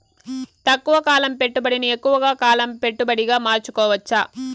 తక్కువ కాలం పెట్టుబడిని ఎక్కువగా కాలం పెట్టుబడిగా మార్చుకోవచ్చా?